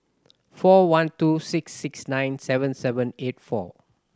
four one two six six nine seven seven eight four